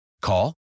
Call